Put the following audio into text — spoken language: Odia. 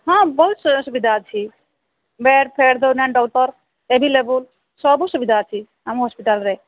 ହଁ ବହୁତ ସୁବିଧା ଅଛି ବେଡ଼୍ ଫେଡ଼୍ ଡକ୍ଟର ଆଭେଲେବୁଲ ସବୁ ସୁବିଧା ଅଛି ଆମ ହସ୍ପିଟାଲରେ